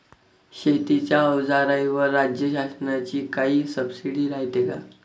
शेतीच्या अवजाराईवर राज्य शासनाची काई सबसीडी रायते का?